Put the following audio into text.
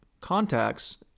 contacts